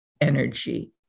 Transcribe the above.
energy